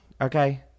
okay